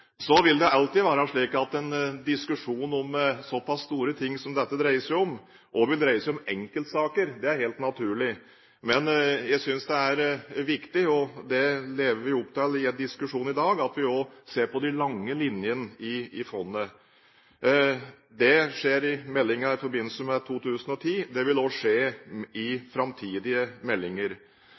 Så vil det alltid være slik at en diskusjon om såpass store ting som dette dreier seg om, også vil dreie seg om enkeltsaker. Det er helt naturlig. Men jeg synes det er viktig – og det lever vi opp til i diskusjonen i dag – at vi også ser på de lange linjene i fondet. Det skjer i forbindelse med meldingen i 2010. Det vil også skje i framtidige meldinger.